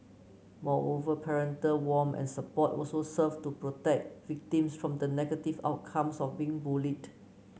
moreover parental warm and support also serve to protect victims from the negative outcomes of being bullied